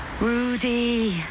Rudy